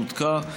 שנותקה,